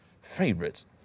favorites